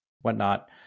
whatnot